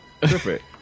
perfect